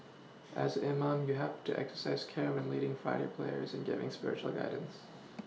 as imam you have to exercise care when leading Friday prayers and giving spiritual guidance